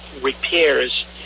repairs